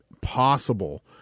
possible